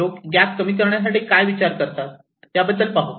लोक गॅप कमी करण्यासाठी काय विचार करतात याबद्दल पाहू